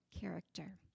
character